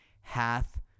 hath